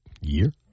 Year